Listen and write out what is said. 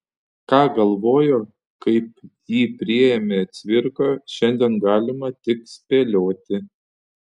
ką galvojo kaip jį priėmė cvirka šiandien galima tik spėlioti